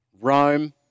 Rome